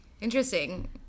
interesting